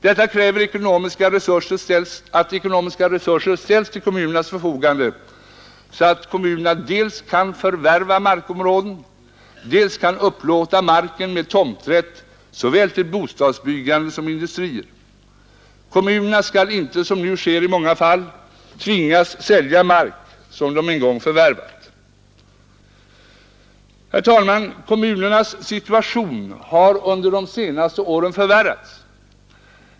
Detta kräver att ekonomiska resurser ställs till kommunernas förfogande så att kommunerna dels kan förvärva markområden, dels kan upplåta marken med tomträtt såväl till bostadsbyggande som till industrier. Kommunerna skall inte, som nu sker i många fall, tvingas sälja mark som de en gång förvärvat. Kommunernas situation har under de senaste åren försvårats.